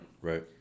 Right